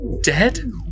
Dead